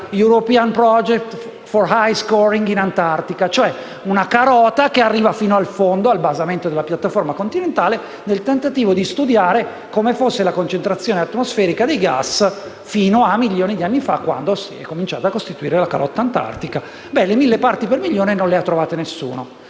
(European project for ice coring in antartica), cioè una carota che arriva fino al fondo, al basamento della piattaforma continentale, nel tentativo di studiare come fosse la concentrazione atmosferica dei gas milioni di anni fa, quando ha cominciato a costituirsi la calotta antartica. Bene: le mille parti per milione non sono mai state